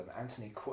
anthony